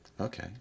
okay